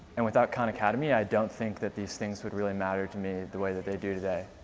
and without khan academy i don't think that these things would really matter to me the way that they do today.